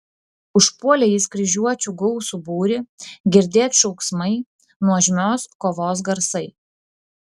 užpuolė jis kryžiuočių gausų būrį girdėt šauksmai nuožmios kovos garsai